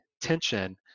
tension